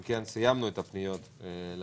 אם כן, סיימנו את הפניות להיום.